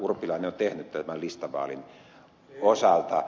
urpilainen on tehnyt tämän listavaalin osalta